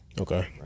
Okay